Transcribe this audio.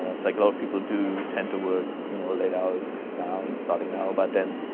it's like a lot of people do tend to work, you know, late hours now, and starting now but then,